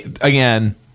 again